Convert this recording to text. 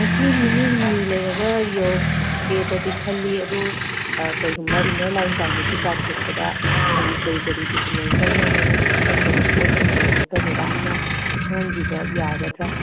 ꯉꯁꯤ ꯅꯤꯅꯤ ꯍꯨꯝꯅꯤ ꯂꯩꯔꯒ ꯌꯧꯔꯛꯀꯦꯗꯗꯤ ꯈꯜꯂꯤ ꯑꯗꯨ ꯀꯔꯤꯒꯨꯝꯕ ꯏꯟꯅꯔ ꯂꯥꯏꯟ ꯄꯥꯔꯃꯤꯠꯇꯨ ꯇꯥꯟꯊꯣꯛꯄꯗ ꯍꯥꯏꯗꯤ ꯀꯔꯤ ꯀꯔꯤ ꯗꯣꯀꯨꯃꯦꯟ ꯆꯪꯗꯣꯏꯅꯣ ꯆꯪꯗꯧꯕ ꯄꯣꯠꯁꯤꯡꯗꯨ ꯑꯃꯨꯛꯇ ꯃꯦꯗꯥꯝꯅ ꯈꯪꯍꯟꯕꯤꯕ ꯌꯥꯒꯗ꯭ꯔꯥ